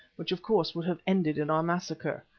which of course would have ended in our massacre,